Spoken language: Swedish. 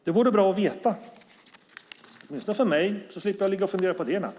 Det vore bra att få veta detta, åtminstone för mig, så slipper jag ligga och fundera på det i natt.